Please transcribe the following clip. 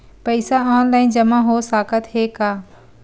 पईसा ऑनलाइन जमा हो साकत हे का?